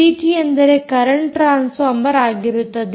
city ಅಂದರೆ current transformer ಆಗಿರುತ್ತದೆ